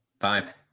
five